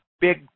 big